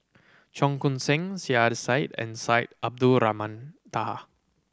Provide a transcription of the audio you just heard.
Cheong Koon Seng Saiedah Said and Syed Abdulrahman Taha